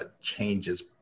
changes